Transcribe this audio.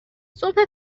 صبح